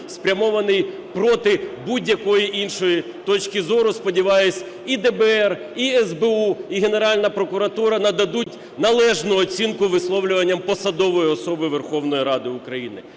спрямованій проти будь-якої іншої точки зору. Сподіваюсь, і ДБР, і СБУ, і Генеральна прокуратура нададуть належну оцінку висловлюванням посадової особи Верховної Ради України.